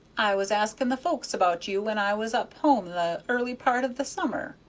i was asking the folks about you when i was up home the early part of the summer,